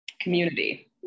community